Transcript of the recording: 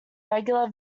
regular